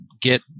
get